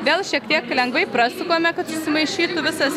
vėl šiek tiek lengvai prasukame kad susimaišytų visas